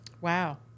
Wow